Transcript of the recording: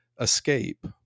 escape